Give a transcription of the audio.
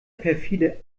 perfide